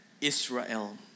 Israel